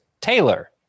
Taylor